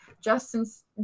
Justin's